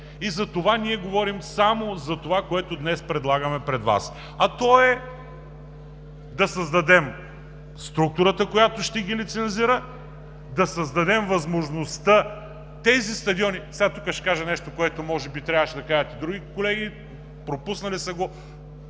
Затова ние говорим само за това, което днес предлагаме пред Вас, а то е – да създадем структурата, която ще ги лицензира, да създадем възможността тези стадиони, сега тук ще кажа нещо, което може би трябваше да кажат и другите колеги, пропуснали са го,